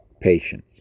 patience